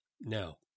Now